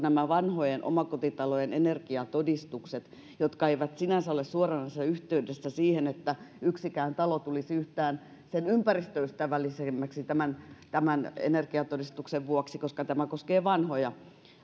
eu antaisi meille nyt mahdollisuuden tehdä vapaaehtoiseksi nämä vanhojen omakotitalojen energiatodistukset jotka eivät sinänsä ole suoranaisessa yhteydessä siihen että yksikään talo tulisi yhtään sen ympäristöystävällisemmäksi tämän tämän energiatodistuksen vuoksi koska tämä koskee vanhoja